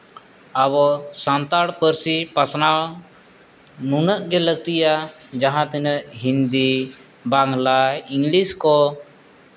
ᱟᱵᱚ ᱥᱟᱱᱛᱟᱲ ᱯᱟᱹᱨᱥᱤ ᱯᱟᱥᱱᱟᱣ ᱱᱩᱱᱟᱹᱜ ᱜᱮ ᱞᱟᱹᱠᱛᱤᱭᱟ ᱡᱟᱦᱟᱸ ᱛᱤᱱᱟᱹᱜ ᱜᱮ ᱦᱤᱱᱫᱤ ᱵᱟᱝᱞᱟ ᱤᱝᱞᱤᱥ ᱠᱚ